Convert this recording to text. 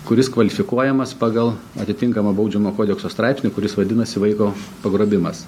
kuris kvalifikuojamas pagal atitinkamą baudžiamojo kodekso straipsnį kuris vadinasi vaiko pagrobimas